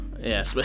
yes